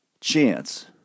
chance